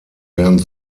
während